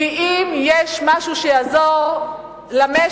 כי אם יש משהו שיעזור למשק,